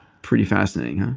pretty fascinating, huh?